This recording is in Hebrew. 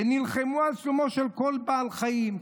ונלחמו על שלומו של כל בעל חיים,